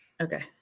Okay